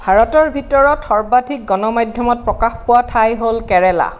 ভাৰতৰ ভিতৰত সৰ্বাধিক গণমাধ্যমত প্ৰকাশ পোৱা ঠাই হ'ল কেৰেলা